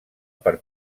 per